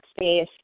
space